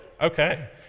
Okay